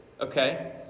okay